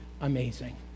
amazing